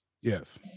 Yes